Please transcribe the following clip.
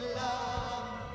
love